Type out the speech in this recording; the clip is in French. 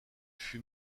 fut